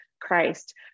Christ